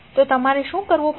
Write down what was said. તો તમારે શું કરવું પડશે